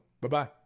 Bye-bye